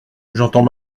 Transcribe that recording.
j’entends